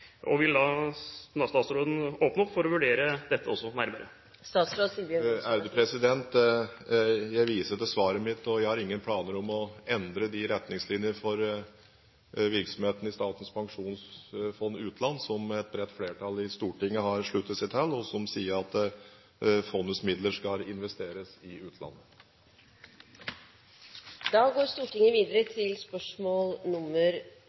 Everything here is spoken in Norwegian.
Vil statsråden åpne opp for også å vurdere dette nærmere? Jeg viser til svaret mitt, og jeg har ingen planer om å endre de retningslinjer for virksomheten i Statens pensjonsfond utland som et bredt flertall i Stortinget har sluttet seg til, og som sier at fondets midler skal investeres i